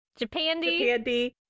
Japandi